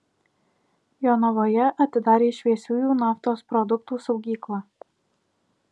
jonavoje atidarė šviesiųjų naftos produktų saugyklą